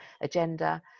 agenda